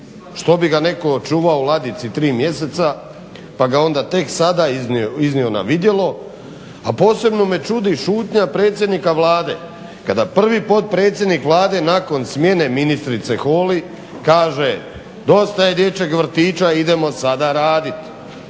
što bi ga netko čuvao u ladici 3 mjeseca pa ga onda tek sada iznio na vidjelo, a posebno me čudi šutnja predsjednika Vlade kada prvi potpredsjednik Vlade nakon smjene ministrice Holy kaže dosta je dječjeg vrtića idemo sada raditi.